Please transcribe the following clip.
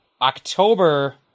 October